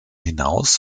hinaus